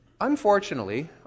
Unfortunately